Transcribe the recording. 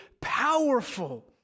powerful